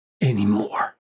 anymore